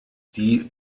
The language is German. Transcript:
die